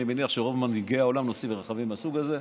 אני מניח שרוב מנהיגי העולם נוסעים ברכבים מהסוג הזה.